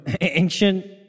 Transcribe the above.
ancient